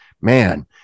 man